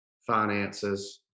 finances